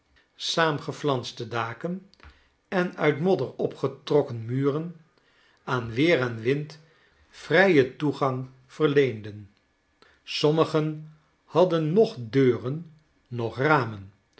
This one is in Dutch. saamgefianste daken en uit modder opgetrokken muren aan weer en wind vrijen toegang verleenden sommigen hadden noch deuren noch ramen